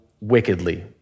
wickedly